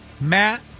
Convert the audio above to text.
Matt